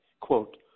quote